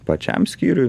pačiam skyriui